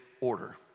order